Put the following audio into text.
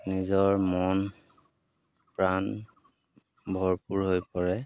নিজৰ মন প্ৰাণ ভৰপূৰ হৈ পৰে